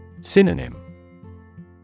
Synonym